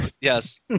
Yes